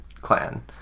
clan